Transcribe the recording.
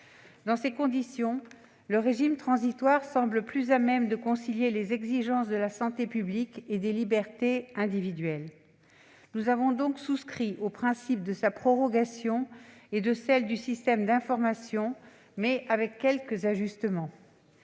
Dans ces conditions, le régime transitoire semble plus à même de concilier les exigences de la santé publique et des libertés individuelles. Nous avons donc souscrit au principe de sa prorogation et de celle du système d'information, mais avec quelques ajustements.